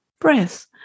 breath